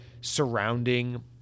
surrounding